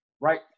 Right